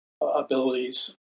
abilities